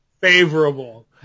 Favorable